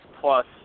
Plus